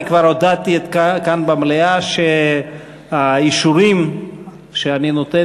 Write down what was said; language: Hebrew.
אני כבר הודעתי כאן במליאה שהאישורים שאני נותן